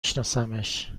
شناسمش